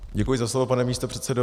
Děkuji za slovo, pane místopředsedo.